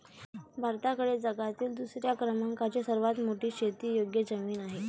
भारताकडे जगातील दुसऱ्या क्रमांकाची सर्वात मोठी शेतीयोग्य जमीन आहे